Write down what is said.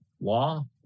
law